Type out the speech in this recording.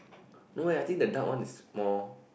no eh I think the dark one is more